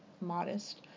modest